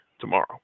tomorrow